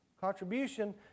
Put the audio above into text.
contribution